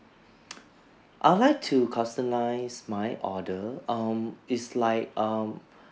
I would like to customize my order um is like um